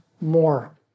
more